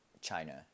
China